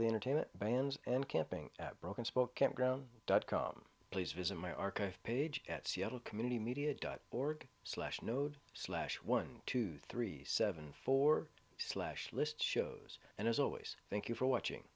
the entertainment bans and camping at broken spoke at ground dot com please visit my archive page at seattle community media dot org slash node slash one two three seven four slash list shows and as always thank you for watching